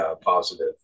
positive